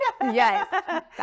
yes